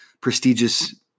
prestigious